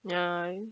ya